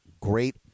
great